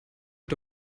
mit